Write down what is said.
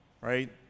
right